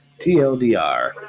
TLDR